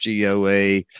GOA